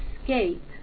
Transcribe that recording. escape